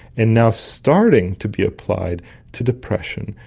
and now starting to be applied to depression,